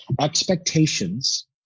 expectations